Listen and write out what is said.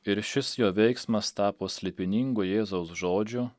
ir šis jo veiksmas tapo slėpiningu jėzaus žodžių